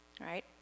Right